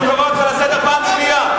אני קורא אותך לסדר פעם שנייה.